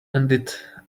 ended